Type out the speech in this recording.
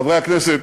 חברי הכנסת,